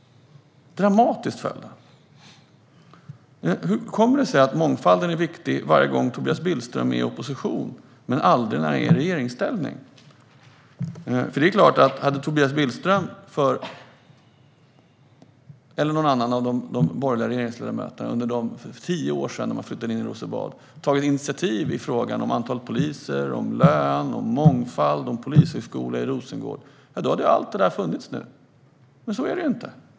Hur kommer det sig att mångfalden är viktig varje gång Tobias Billström är i opposition men aldrig när han är i regeringsställning? Om Tobias Billström eller någon annan av de borgerliga regeringsledamöterna för tio år sedan när man flyttade in i Rosenbad hade tagit initiativ i frågorna om antalet poliser, lön, mångfald och en polishögskola i Rosengård skulle allt det ha funnits nu. Men så är det inte.